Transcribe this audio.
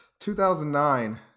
2009